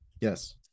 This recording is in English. yes